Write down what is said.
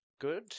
good